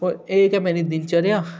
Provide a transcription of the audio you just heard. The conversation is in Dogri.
और एह् ते मेरी दिनचर्या